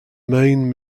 main